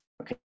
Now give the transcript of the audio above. okay